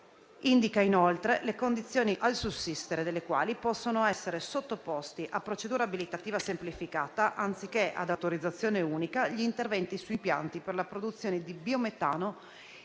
Indica inoltre le condizioni al sussistere delle quali possono essere sottoposti a procedura abilitativa semplificata, anziché ad autorizzazione unica, gli interventi su impianti per la produzione di biometano